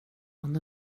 hon